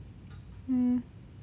hmm